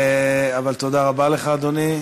אבל תודה רבה לך, אדוני.